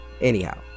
Anyhow